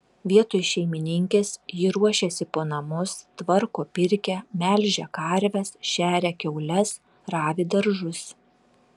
vietoj šeimininkės ji ruošiasi po namus tvarko pirkią melžia karves šeria kiaules ravi daržus